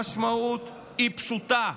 המשמעות היא פשוטה: